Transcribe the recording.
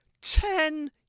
Ten